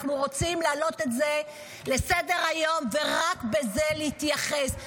אנחנו רוצים להעלות את זה לסדר-היום ורק לזה להתייחס.